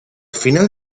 final